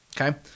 Okay